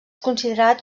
considerat